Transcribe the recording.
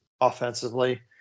offensively